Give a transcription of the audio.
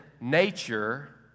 nature